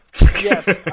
Yes